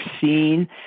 seen